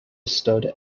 stood